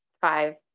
five